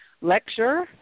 lecture